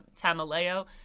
Tamaleo